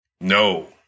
No